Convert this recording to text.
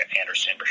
Anderson